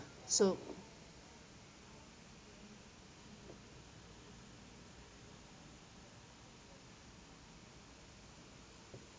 so